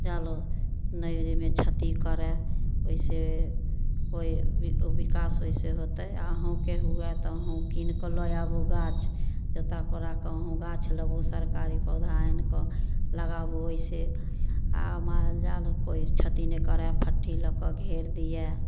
जाल नहि ओहिमे क्षति करए ओहिसे ओहि विकास ओहि से होतै तऽ अहूँके हुए तऽ अहूँ कीनिकऽ लऽ आबू गाछ जोता कोड़ाकऽ अहूँ गाछ लाबु सरकारी पौधा आनिकऽ लगाबु ओइसे आ मालजाल कोइ छति नै करए फट्ठी लऽ के घेर दिअए